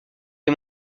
est